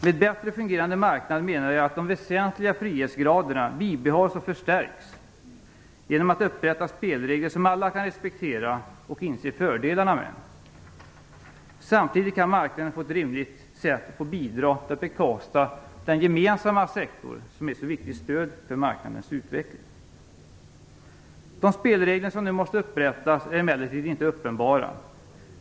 Med bättre fungerande marknad menar jag att de väsentliga frihetsgraderna bibehålls och förstärks genom att man upprättar spelregler som alla kan respektera och inse fördelarna med. Samtidigt kan marknaden på ett rimligt sätt få bidra till att bekosta den gemensamma sektorn, som är ett så viktigt stöd för marknadens utveckling. De spelregler som nu måste upprättas är emellertid inte uppenbara.